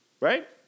right